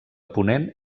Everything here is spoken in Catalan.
ponent